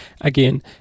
Again